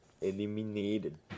Eliminated